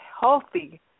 healthy